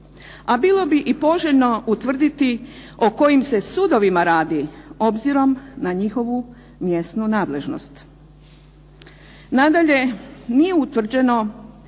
A bilo bi i poželjno utvrditi o kojim se sudovima radi, obzirom na njihovu mjesnu nadležnost. Nadalje, nije utvrđeno